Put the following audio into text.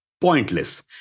Pointless